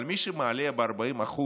אבל מי שמעלה ב-40%